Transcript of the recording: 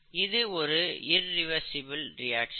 இது irreversible reaction